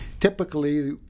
typically